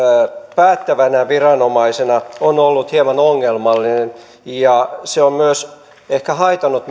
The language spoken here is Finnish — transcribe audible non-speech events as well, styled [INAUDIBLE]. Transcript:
päättävänä viranomaisena on ollut hieman ongelmallinen ja se on ehkä myös haitannut [UNINTELLIGIBLE]